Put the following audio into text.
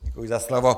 Děkuji za slovo.